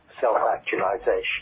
self-actualization